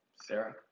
Sarah